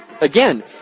again